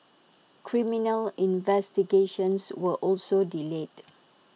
criminal investigations were also delayed